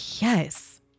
yes